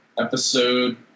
episode